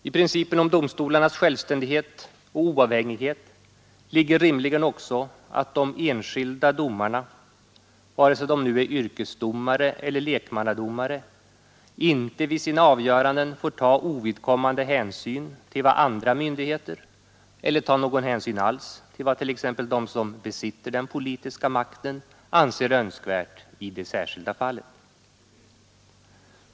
I principen om domstolarnas självständighet och oavhängighet ligger rimligen också att de enskilda domarna, vare sig de nu är yrkesdomare eller lekmannadomare, inte vid sina avgöranden får ta ovidkommande hänsyn till vad andra myndigheter eller ta någon hänsyn alls till vad t.ex. de som besitter den politiska makten anser önskvärt i det särskilda fallet.